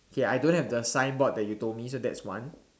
okay I don't have the sign board that you told me so that's one